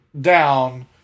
down